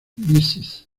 mrs